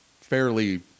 fairly